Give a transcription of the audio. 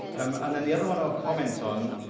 um and then the other one i'll comment on,